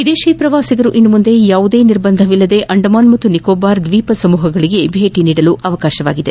ವಿದೇಶಿ ಪ್ರವಾಸಿಗರು ಇನ್ನು ಮುಂದೆ ಯಾವುದೇ ನಿರ್ಬಂಧವಿಲ್ಲದೆ ಅಂಡಮಾನ್ ಮತ್ತು ನಿಕೋಬಾರ್ ದ್ನೀಪ ಸಮೂಹಗಳಿಗೆ ಭೇಟಿ ನೀಡಬಹುದಾಗಿದೆ